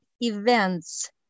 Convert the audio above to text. events